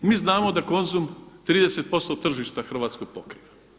Mi znamo da Konzum 30% tržišta hrvatskog pokriva.